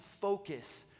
focus